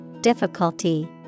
difficulty